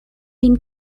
been